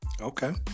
Okay